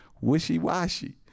Wishy-washy